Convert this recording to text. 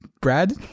Brad